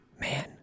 Man